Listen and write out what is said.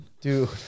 Dude